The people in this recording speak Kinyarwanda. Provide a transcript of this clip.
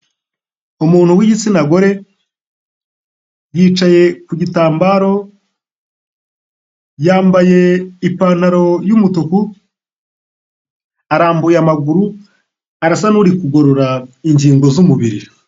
Umuntu w'igitsina gore yicaye ku gitambaro yambaye ipantaro y'umutuku arambuye amaguru arasa n'uri kugorora ingingo z'umubiri.